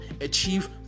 achieve